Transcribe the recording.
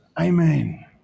Amen